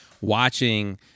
watching